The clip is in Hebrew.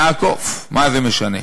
נעקוף, מה זה משנה?